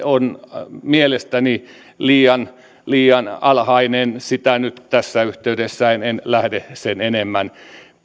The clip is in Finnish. on mielestäni liian liian alhainen sitä nyt tässä yhteydessä en en lähde sen enemmän